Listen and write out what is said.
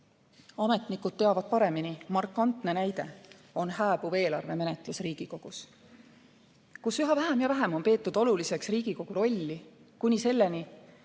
ametnikud teavad paremini – markantne näide on hääbuv eelarvemenetlus Riigikogus, kus üha vähem ja vähem on peetud oluliseks Riigikogu rolli, kuni selleni,